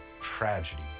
tragedy